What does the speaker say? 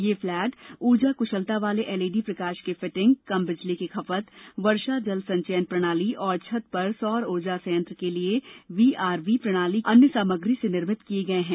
ये पलैट ऊर्जा कुशलता वाले एलईडी प्रकाश की फिटिंग कम बिजली की खपत वर्षा जल संचयन प्रणाली और छत पर सौर ऊर्जा संयंत्र के लिए वीआरवी प्रणाली तथा अन्य सामग्री से निर्मित किए गए हैं